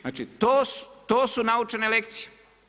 Znači to su naučene lekcije.